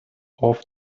off